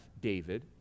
David